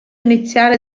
iniziale